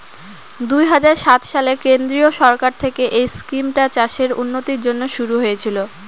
দুই হাজার সাত সালে কেন্দ্রীয় সরকার থেকে এই স্কিমটা চাষের উন্নতির জন্যে শুরু হয়েছিল